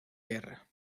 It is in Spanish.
guerra